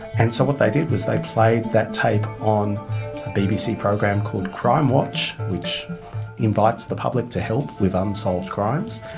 and so what they did was they played that tape on a bbc program called crimewatch, which invites the public to help with unsolved crimes.